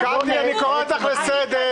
קטי, אני קורא אותך לסדר.